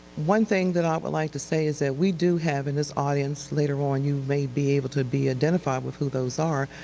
one thing that i would like to say is that we do have in this audience, later on you may able to be identified with who those are,